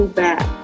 back